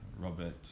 Robert